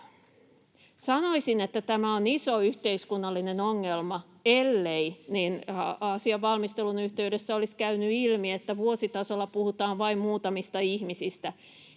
Sanoisin, että tämä on iso yhteiskunnallinen ongelma, ellei asian valmistelun yhteydessä olisi käynyt ilmi, että vuositasolla puhutaan vain muutamista ihmisistä.